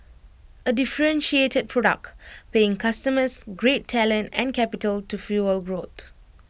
A differentiated product paying customers great talent and capital to fuel growth